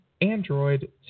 Android